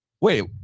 wait